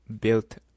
built